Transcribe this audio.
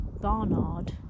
Barnard